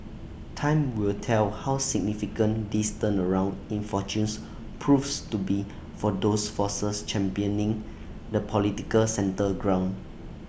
time will tell how significant this turnaround in fortunes proves to be for those forces championing the political centre ground